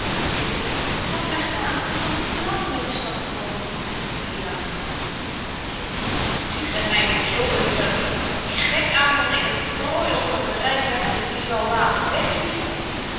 ik laat my gaan t is nog niet te laat om in de stad te komen hy lachte hy ziet gy my voor zo een verd gek aan dat ik een prooi onder myn bereik hebbende die zal laten